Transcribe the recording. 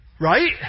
Right